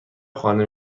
خانه